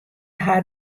hawwe